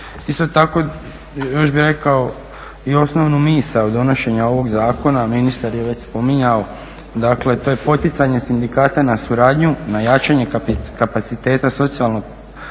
Isto tako još bih rekao i osnovnu misao donošenja ovog zakona, ministar je već spominjao, dakle to je poticanje sindikata na suradnju, na jačanje kapaciteta socijalnih